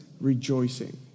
rejoicing